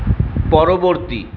পরবর্তী